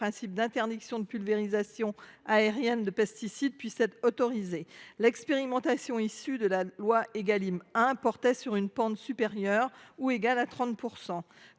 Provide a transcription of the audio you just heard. d’interdiction de pulvérisation aérienne de pesticides est autorisée. L’expérimentation issue de la loi Égalim 1 portait sur une pente supérieure ou égale à 30 %.